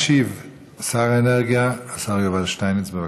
ישיב שר האנרגיה, השר יובל שטייניץ, בבקשה.